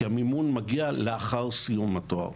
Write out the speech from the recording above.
כי המימון מגיע לאחר סיום התואר.